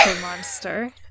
monster